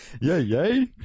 yay